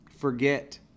forget